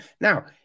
Now